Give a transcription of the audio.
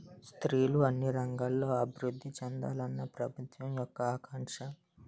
స్త్రీలు అన్ని రంగాల్లో అభివృద్ధి చెందాలని ప్రభుత్వం యొక్క ఆకాంక్ష